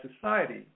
society